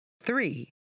Three